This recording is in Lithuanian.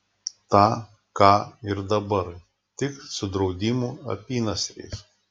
tą ką ir dabar tik su draudimų apynasriais